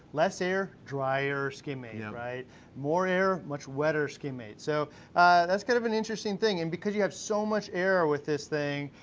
less air, dryer skimming, yeah more air, much wetter skimming. so that's kind of an interesting thing, and because you have so much air with this thing,